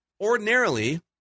ordinarily